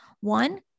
One